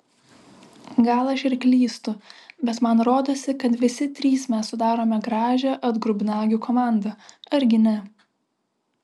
gal aš ir klystu bet man rodosi kad visi trys mes sudarome gražią atgrubnagių komandą argi ne